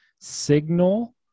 signal